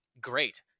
Great